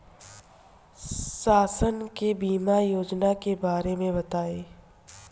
शासन के बीमा योजना के बारे में बताईं?